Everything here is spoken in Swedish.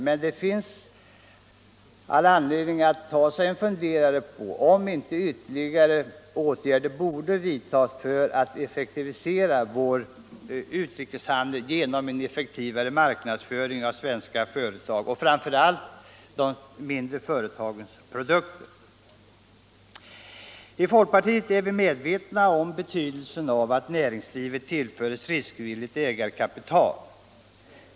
Men det finns all anledning att ta sig en funderare över om inte ytterligare åtgärder borde vidtas för att effektivisera vår utrikeshandel genom en bättre marknadsföring av svenska företags produkter, framför allt de mindre företagens. I folkpartiet är vi medvetna om betydelsen av att näringslivet tillförs riskvilligt ägarkapital.